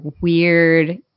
weird